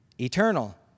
eternal